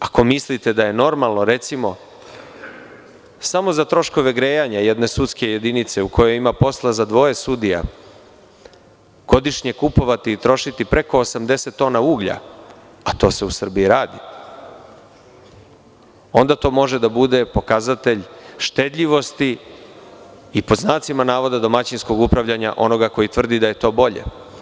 Ako mislite da je normalno, recimo, samo za troškove grajanja jedne sudske jedinice u kojoj ima posla za dvoje sudija, godišnje kupovati i trošiti preko 80 tona uglja, a to se u Srbiji radi, onda to može da bude pokazatelj štedljivosti i „domaćinskog upravljanja“ onoga koji tvrdi da je to bolje.